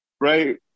right